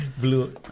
Blue